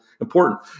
important